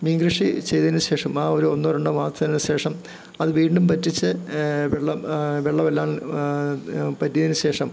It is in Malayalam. മീൻ കൃഷി ചെയ്തതിനു ശേഷം ആ ഒരു ഒന്നോ രണ്ടോ മാസത്തിന് ശേഷം അത് വീണ്ടും പറ്റിച്ച് വെള്ളം വെള്ളമെല്ലാം പറ്റിയതിനു ശേഷം